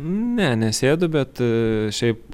ne nesėdu bet šiaip